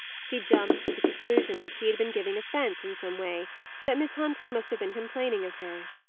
she jumped to the conclusion that she had been giving offence in some way that miss huntley must have been complaining of her.